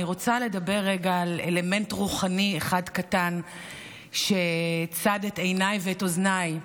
אני רוצה לדבר רגע על אלמנט רוחני אחד קטן שצד את עיניי ואת אוזניי.